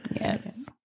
Yes